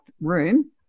room